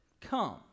come